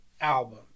album